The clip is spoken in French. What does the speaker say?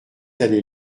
allez